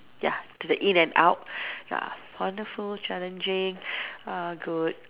ya to the in and out ya wonderful challenging uh good